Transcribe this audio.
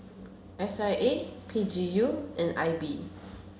S I A P G U and I B